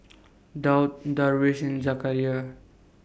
Daud Darwish and Zakaria